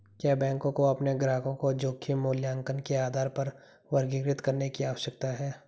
क्या बैंकों को अपने ग्राहकों को जोखिम मूल्यांकन के आधार पर वर्गीकृत करने की आवश्यकता है?